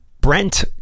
Brent